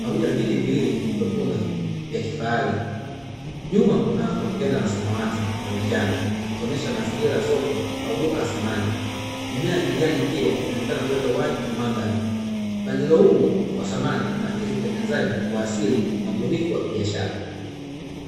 pamoja na viti viwlili vilivyotuna vya kifahari. Nyuma kuna kontena la wasamati la manjano likionyesha mazingira ya soko au duka la samani mimea ya kijani pia inaonekana kuleta uhai wa mandhari mpangilio huu wasamani unaakisi utengenezaji wa asili na ubunifu wa kibiashara.